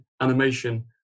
animation